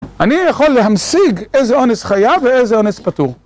אני יכול להמשיג איזה אונס חייב ואיזה אונס פטור